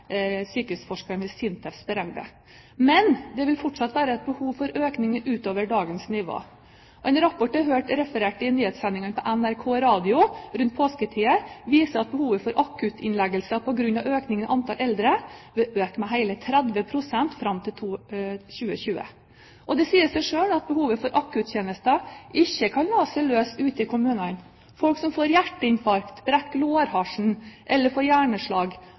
ved SINTEF har beregnet. Men det vil fortsatt være behov for en økning utover dagens nivå. En rapport jeg hørte referert i nyhetssendingene på NRK Radio rundt påsketider, viste til at behovet for akuttinnleggelser på grunn av økningen i antall eldre vil øke med hele 30 pst. fram til 2020. Det sier seg selv at behovet for akuttjenester er noe som ikke kan la seg løse ute i kommunene. Folk som får hjerteinfarkt, brekker lårhalsen eller får hjerneslag,